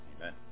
Amen